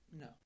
No